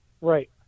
Right